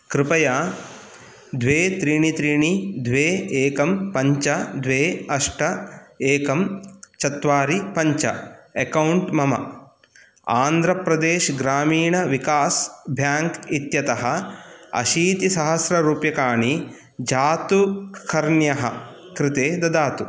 कृपया द्वे त्रीणि त्रीणि द्वे एकं पञ्च द्वे अष्ट एकं चत्वारि पञ्च अक्कौण्ट् मम आन्ध्रप्रदेश् ग्रामीणविकास् बेङ्क् इत्यतः अशीतिसहस्ररूप्यकाणि जातुकर्ण्यः कृते ददातु